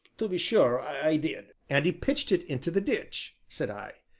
to be sure i did and he pitched it into the ditch, said i.